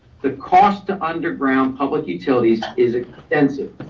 the cost to underground public utilities is extensive.